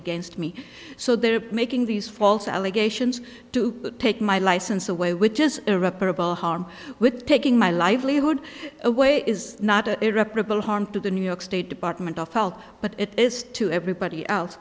against me so they're making these false allegations to take my license away which is a reputable harm with taking my livelihood away is not an irreparable harm to the new york state department of health but it is to everybody